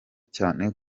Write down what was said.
cyane